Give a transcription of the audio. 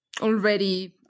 already